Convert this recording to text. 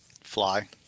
Fly